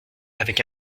avec